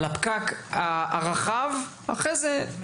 על הפקק הרחב, ואחרי זה ניגע בנקודות.